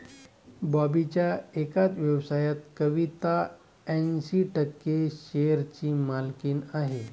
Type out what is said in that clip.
बॉबीच्या एकाच व्यवसायात कविता ऐंशी टक्के शेअरची मालकीण आहे